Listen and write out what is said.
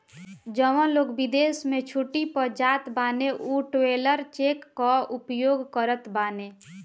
जवन लोग विदेश में छुट्टी पअ जात बाने उ ट्रैवलर चेक कअ उपयोग करत बाने